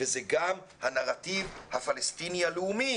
וזה גם הנרטיב הפלסטיני הלאומי.